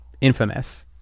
infamous